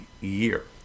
year